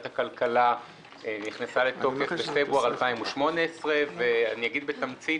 הכלכלה ונכנסה לתוקף בפברואר 2018. אני אגיד בתמצית